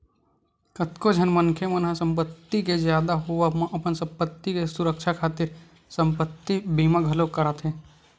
कतको झन मनखे मन ह संपत्ति के जादा होवब म अपन संपत्ति के सुरक्छा खातिर संपत्ति बीमा घलोक कराथे